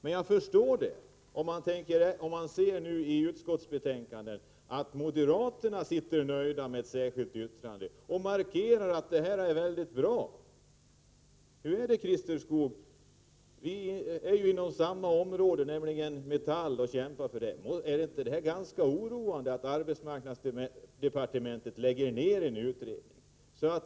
Däremot förstår jag det, när jag ser i utskottets betänkande att moderaterna sitter där nöjda med sitt särkilda yttrande och markerar att det är mycket bra. Christer Skoog och jag kämpar inom samma område, nämligen Metall. Är . det inte ganska oroande att arbetsmarknadsdepartementet lägger ned en utredning?